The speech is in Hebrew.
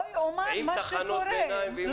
עם תחנות ביניים.